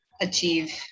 achieve